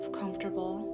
comfortable